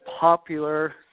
popular